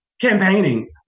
campaigning